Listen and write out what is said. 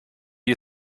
you